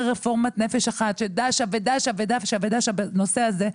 רפורמת נפש אחת שדשה ודשה ודשה בנושא הזה,